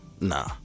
nah